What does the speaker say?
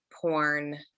porn